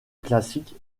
classique